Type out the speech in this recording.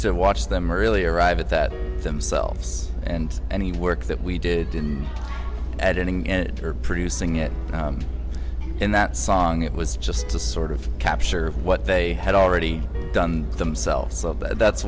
to watch them really arrive at that themselves and any work that we did in editing it or producing it in that song it was just to sort of capture what they had already done themselves so that's